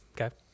Okay